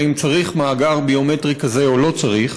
האם צריך מאגר ביומטרי כזה או לא צריך.